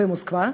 במוסקבה.